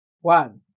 one